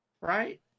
Right